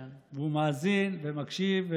הוא מאזין ומקשיב.